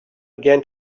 again